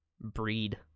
breed